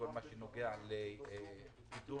בכל הנוגע לקידום